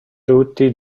tutti